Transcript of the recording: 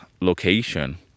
location